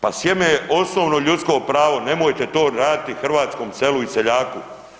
Pa sjeme je osnovno ljudsko pravo, nemojte to raditi hrvatskom selu i seljaku.